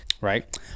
Right